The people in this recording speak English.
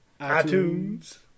iTunes